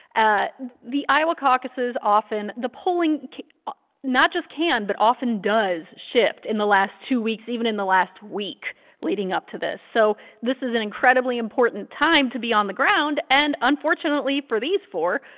ah the iowa caucuses often the polling not just can, but often does, shift in the last two weeks, even in the last week leading up to this. so this is an incredibly important time to be on the ground, and unfortunately for these four,